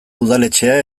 udaletxea